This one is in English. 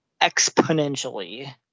exponentially